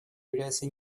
является